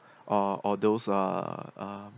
or or those uh